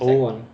oh